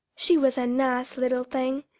she was a nice little thing.